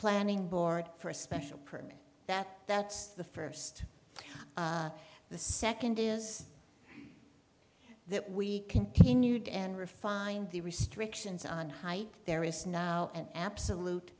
planning board for a special permit that that's the first the second is that we continued and refined the restrictions on height there is now an absolute